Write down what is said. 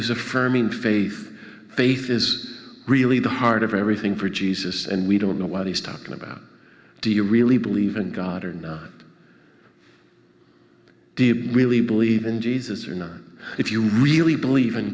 was affirming faith faith is really the heart of everything for jesus and we don't know what he's talking about do you really believe in god or not did he really believe in jesus you know if you really believe in